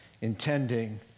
intending